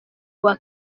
rwa